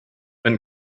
wenn